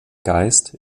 geist